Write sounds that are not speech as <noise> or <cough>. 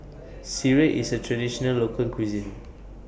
<noise> Sireh IS A Traditional Local Cuisine